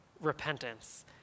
repentance